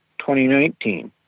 2019